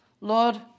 Lord